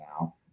now